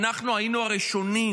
אנחנו היינו הראשונים,